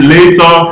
Later